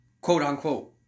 quote-unquote